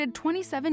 27